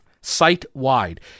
site-wide